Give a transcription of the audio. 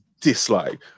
dislike